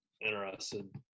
interested